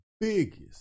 biggest